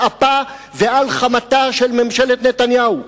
על אפה ועל חמתה של ממשלת נתניהו.